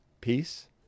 Peace